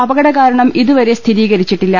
അപകട കാരണം ഇതുവരെ സ്ഥിരീകരിച്ചിട്ടില്ല